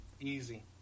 easy